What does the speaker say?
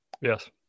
Yes